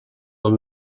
del